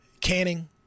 Canning